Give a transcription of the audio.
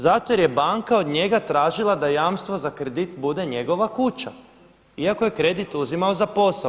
Zato što je banka od njega tražila da jamstvo za kredit bude njegova kuća, iako je kredit uzimao za posao.